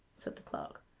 said the clerk,